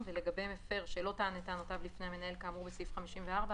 ולגבי מפר שלא טען את טענותיו לפני המנהל כאמור בסעיף הכספי54